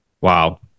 Wow